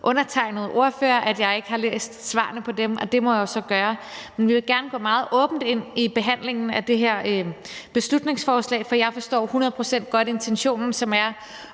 undertegnede ordfører, altså at jeg ikke har læst svarene på dem – det må jeg jo så gøre. Vi vil gerne gå meget åbent ind i behandlingen af det her beslutningsforslag, for jeg forstår hundrede procent godt intentionen, som er